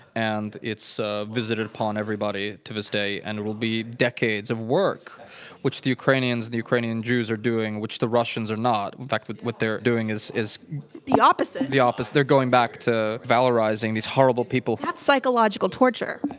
and it's ah visited upon everybody to this day, and it will be decades of work which the ukrainians the ukrainian jews are doing, which the russians are not. in fact, but what they're doing is. the opposite! the opposite. they're going back to valorizing these horrible people. that's psychological torture.